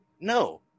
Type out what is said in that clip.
no